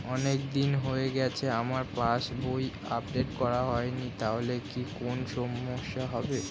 অনেকদিন হয়ে গেছে আমার পাস বই আপডেট করা হয়নি তাহলে কি কোন সমস্যা হবে?